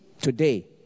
today